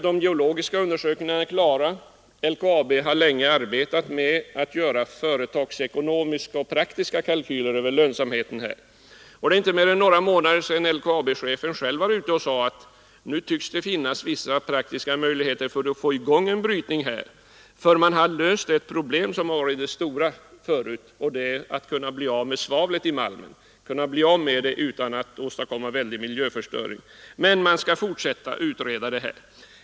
De geologiska undersökningarna är klara, och LKAB har länge arbetat med att göra företagsekonomiska och praktiska kalkyler över lönsamheten. Det är inte mer än några månader sedan LKAB-chefen själv sade att det nu tycks finnas praktiska möjligheter att få i gång en brytning här; man har nämligen löst det problem som förut varit det stora — att bli av med svavlet i malmen utan att åstadkomma väldig miljöförstöring. Man skall emellertid fortsätta att utreda det hela.